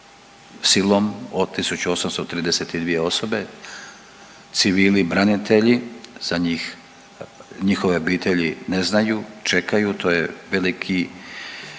silom od 1.832 osobe civili, branitelji za njih njihove obitelji ne znaju, čekaju to je veliki,